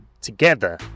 together